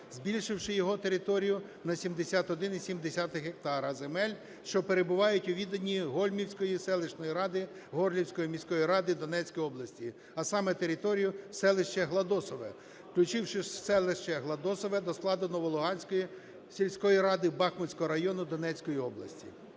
збільшивши його територію на 71,7 гектара земель, що перебувають у віданні Гольмівської селищної ради Горлівської міської ради Донецької області, а саме територію селища Гладосове, включивши селище Гладосове до складу Новолуганської сільської ради Бахмутського району Донецької області.